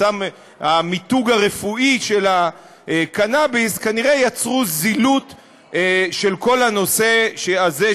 המיתוג הרפואי של קנאביס כנראה יצר זילות של כל הנושא הזה,